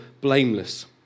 blameless